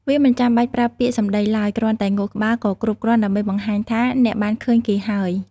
វាមិនចាំបាច់ប្រើពាក្យសម្ដីឡើយ គ្រាន់តែងក់ក្បាលក៏គ្រប់គ្រាន់ដើម្បីបង្ហាញថាអ្នកបានឃើញគេហើយ។